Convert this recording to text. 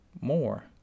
more